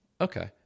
Okay